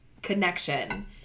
Connection